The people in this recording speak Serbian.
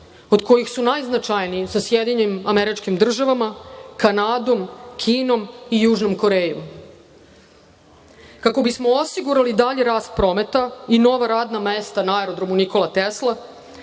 od kojih su najznačajnijim sa SAD, Kanadom, Kinom i Južnom Korejom. Kako bismo osigurali dalji rast prometa i nova radna mesta na Aerodromu „Nikola Tesla“,